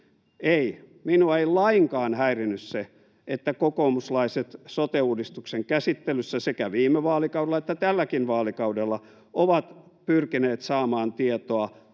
Ei, minua ei lainkaan häirinnyt se, että kokoomuslaiset sote-uudistuksen käsittelyssä sekä viime vaalikaudella että tälläkin vaalikaudella ovat pyrkineet saamaan tietoa